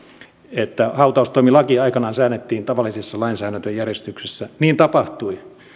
että hautaustoimilaki aikanaan säädettiin tavallisessa lainsäädäntöjärjestyksessä niin tapahtui